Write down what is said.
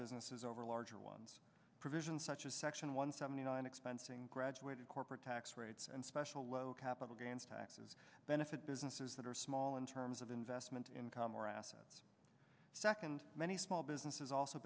businesses over larger ones provisions such as section one seventy nine expensing graduated corporate tax rates and special low capital gains taxes benefit businesses that are small in terms of investment income or assets second many small businesses also